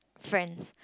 friends